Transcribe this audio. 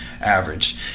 average